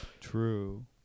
True